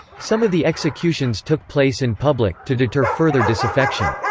some of the executions took place in public, to deter further disaffection.